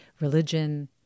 religion